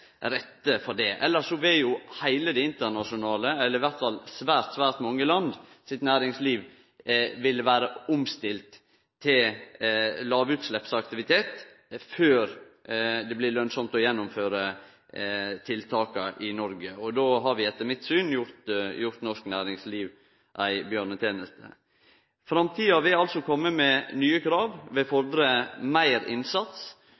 rette for det. Elles vil heile det internasjonale næringslivet – eller i alle fall næringslivet i svært mange land – vere omstilt til lågutsleppsaktivitet før det blir lønsamt å gjennomføre tiltaka i Noreg. Då har vi etter mitt syn gjort norsk næringsliv ei bjørneteneste. Framtida vil altså kome med nye krav, vil fordre meir innsats,